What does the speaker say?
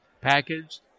packaged